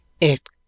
It